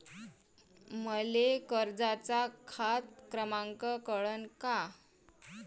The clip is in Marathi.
मले कर्जाचा खात क्रमांक कळन का?